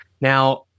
Now